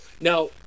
now